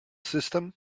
system